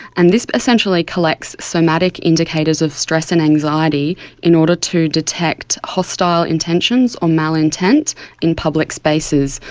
and this essentially collect somatic indicators of stress and anxiety in order to detect hostile intentions or mal-intent in public spaces.